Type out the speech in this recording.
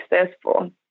successful